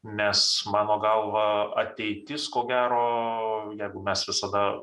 nes mano galva ateitis ko gero jeigu mes visada